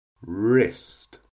Wrist